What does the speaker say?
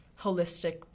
holistic